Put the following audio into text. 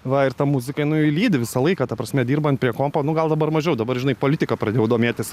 va ir ta muzika jinai lydi visą laiką ta prasme dirbant prie kompo nu gal dabar mažiau dabar žinai politika pradėjau domėtis